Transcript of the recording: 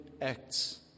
acts